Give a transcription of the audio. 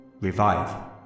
revive